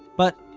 but,